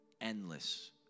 endless